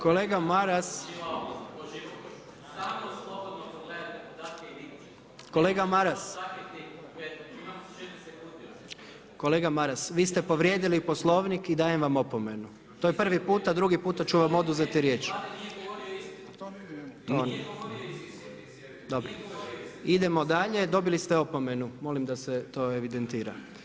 Kolega Maras, kolega Maras, vi ste povrijedili Poslovnik i dajem vam opomenu, to je prvi puta, drugi puta ću vam oduzeti riječ. … [[Upadica se ne čuje.]] Dobro, idemo dalje, dobili ste opomenu, molim da se to evidentira.